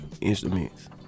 Instruments